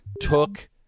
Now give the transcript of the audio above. took